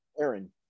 Aaron